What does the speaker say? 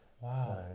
wow